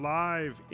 live